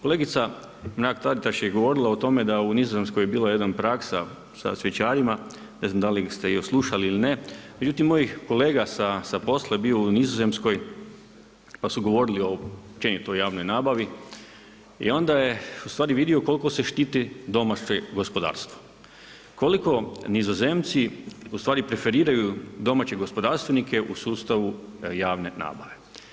Kolegica Mrak-Taritaš je govorila o tome da je u Nizozemskoj bila jedna praksa sa cvjećarima, ne znam da li ste ju slušali ili ne, međutim mojih kolega sa posla je bio u Nizozemskoj pa su govorili općenito o javnoj nabavi i onda je vidio koliko se štiti domaće gospodarstvo, koliko Nizozemci preferiraju domaće gospodarstvenike u sustavu javne nabave.